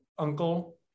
uncle